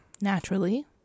Naturally